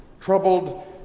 Troubled